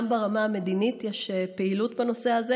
גם ברמה המדינית יש פעילות בנושא הזה,